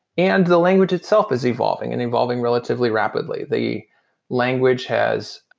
and the language itself is evolving and evolving relatively rapidly. the language has,